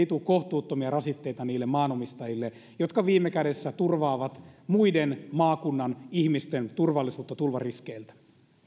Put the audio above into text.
tule kohtuuttomia rasitteita niille maanomistajille jotka viime kädessä turvaavat maakunnan muiden ihmisten turvallisuutta tulvariskeiltä